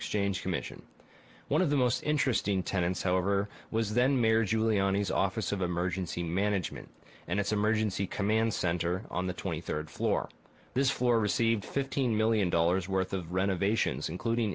exchange commission one of the most interesting tenants however was then mayor giuliani's office of emergency management and its emergency command center on the twenty third floor this floor received fifteen million dollars worth of renovations including